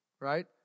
Right